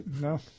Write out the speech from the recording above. No